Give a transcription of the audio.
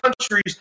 countries